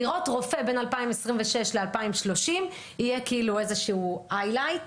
לראות רופא בין 2026 ל-2030 יהיה כאילו איזשהו היילייט,